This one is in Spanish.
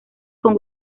con